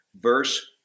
verse